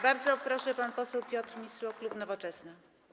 Bardzo proszę, pan poseł Piotr Misiło, klub Nowoczesna.